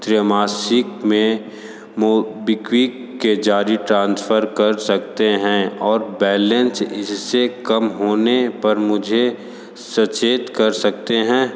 त्रियमासिक में मोबीक्विक के जरिए ट्रांसफर कर सकते हैं और बैलन्च इस से कम होने पर मुझे सचेत कर सकते हैं